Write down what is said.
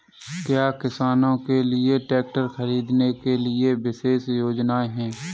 क्या किसानों के लिए ट्रैक्टर खरीदने के लिए विशेष योजनाएं हैं?